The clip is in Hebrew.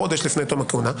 חודש לפני תום הכהונה?